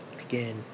again